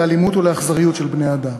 לאלימות ולאכזריות של בני-אדם.